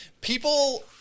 people